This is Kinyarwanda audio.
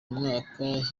mwaka